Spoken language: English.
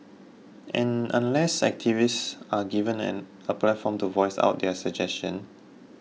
and unless activists are given an a platform to voice out their suggestions